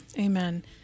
Amen